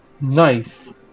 Nice